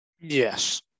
Yes